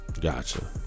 Gotcha